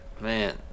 Man